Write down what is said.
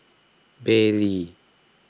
Bentley